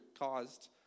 caused